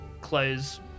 clothes